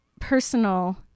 personal